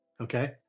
okay